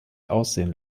aussehen